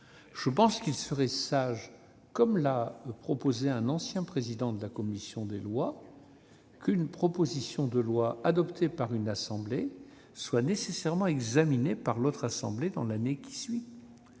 de prévoir, comme l'avait suggéré un ancien président de la commission des lois, qu'une proposition de loi adoptée par une assemblée soit nécessairement examinée par l'autre assemblée dans l'année qui suit